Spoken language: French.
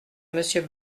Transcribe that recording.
monsieur